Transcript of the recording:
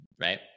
right